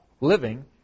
living